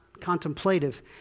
contemplative